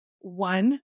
one